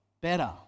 better